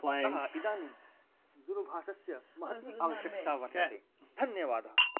अतः इदानीं दूरभाषायाः महती आवश्यकता वर्तते धन्यवादः